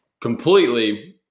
completely